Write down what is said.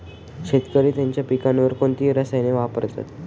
शेतकरी त्यांच्या पिकांवर कोणती रसायने वापरतात?